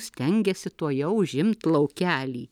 stengiasi tuojau užimt laukelį